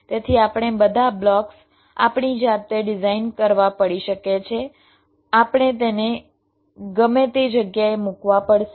તેથી આપણે બધા બ્લોક્સ આપણી જાતે ડિઝાઇન કરવા પડી શકે છે આપણે તેને ગમે તે જગ્યાએ મૂકવા પડશે